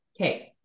Okay